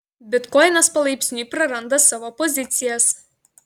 bitkoinas palaipsniui praranda savo pozicijas